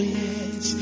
yes